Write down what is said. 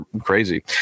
crazy